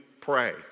pray